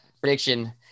prediction